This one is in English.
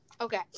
Okay